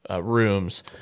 Rooms